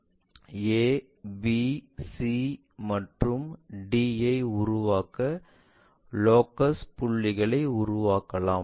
a b c மற்றும் d ஐ உருவாக்க லோகஸ் புள்ளிகளை உருவாக்கலாம்